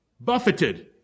buffeted